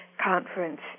conference